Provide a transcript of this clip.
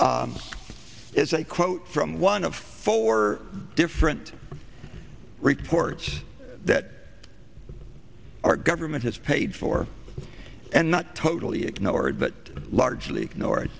is a quote from one of four different reports that our government has paid for and not totally ignored but largely ignored